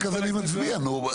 אם אתה לא מנמק אז אני מצביע, נו.